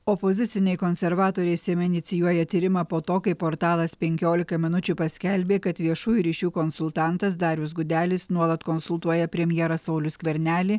opoziciniai konservatoriai seime inicijuoja tyrimą po to kai portalas penkiolika minučių paskelbė kad viešųjų ryšių konsultantas darius gudelis nuolat konsultuoja premjerą saulių skvernelį